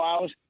hours